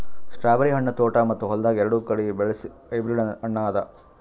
strawberry ಹಣ್ಣ ತೋಟ ಮತ್ತ ಹೊಲ್ದಾಗ್ ಎರಡು ಕಡಿ ಬೆಳಸ್ ಹೈಬ್ರಿಡ್ ಹಣ್ಣ ಅದಾ